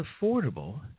affordable